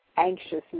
anxiousness